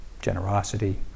generosity